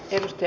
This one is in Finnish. kiitos